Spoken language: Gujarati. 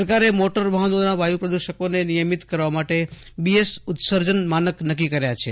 સરકારે મોટર વાહનોના વાયુ પ્રદૂષકોને નિયમિત કરવા માટે બીએસ ઉત્સર્જન માનક નક્કી કર્યા છે